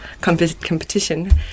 competition